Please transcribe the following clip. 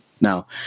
Now